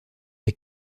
est